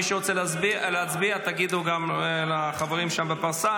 מי שרוצה להצביע, תגידו גם לחברים שם, בפרסה.